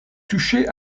touché